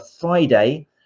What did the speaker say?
friday